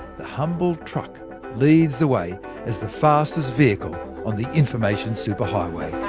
the humble truck leads the way as the fastest vehicle on the information superhighway